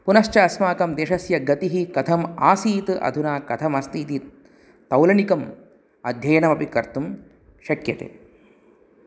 पुनश्च अस्माकं देशस्य गतिः कथम् आसीत् अधुना कथम् अस्ति इति तौलनिकम् अध्ययनम् अपि कर्तुं शक्यते